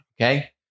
okay